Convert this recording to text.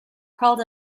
crawled